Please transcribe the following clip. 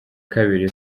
kabiri